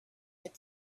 had